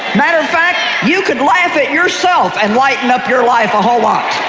matter of fact, you could laugh at yourself and lighten up your life a whole lot.